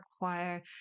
require